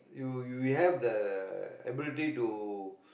you you have the ability to